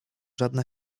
żadna